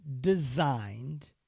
designed